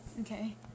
Okay